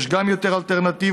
יש גם יותר אלטרנטיבות.